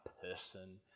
person